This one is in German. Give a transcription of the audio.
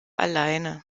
alleine